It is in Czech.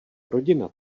rodina